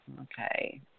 Okay